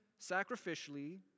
sacrificially